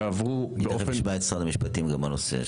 יעברו באופן --- תיכף נשמע את משרד המשפטים גם בנושא.